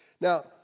Now